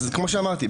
כמו שאמרתי,